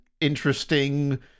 interesting